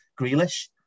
Grealish